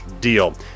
deal